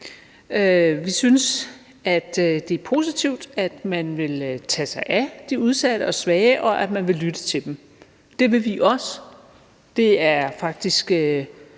Vi synes, det er positivt, at man vil tage sig af de udsatte og svage, og at man vil lytte til dem. Det vil vi også. Det er faktisk